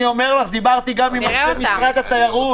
אני אומר לכם, דיברתי גם עם אנשי משרד התיירות.